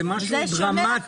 אני עכשיו אקריא את